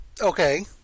Okay